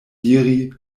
diri